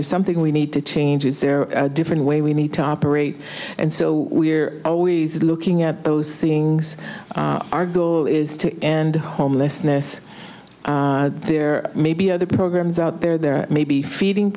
there something we need to change is there a different way we need to operate and so we're always looking at those things our goal is to end homelessness there may be other than grahams out there there may be feeding